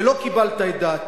ולא קיבלת את דעתה.